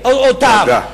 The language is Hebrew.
תודה.